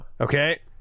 Okay